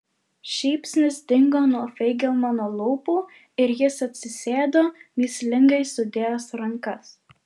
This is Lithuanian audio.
šypsnys dingo nuo feigelmano lūpų ir jis atsisėdo mįslingai sudėjęs rankas